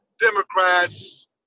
Democrats